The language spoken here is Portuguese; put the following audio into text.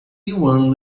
yuan